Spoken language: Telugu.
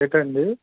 ఎక్కడ అండి